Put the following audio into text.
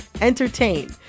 entertain